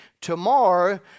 tomorrow